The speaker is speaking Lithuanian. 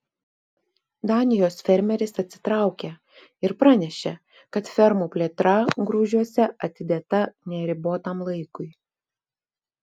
danijos fermeris atsitraukė ir pranešė kad fermų plėtra grūžiuose atidėta neribotam laikui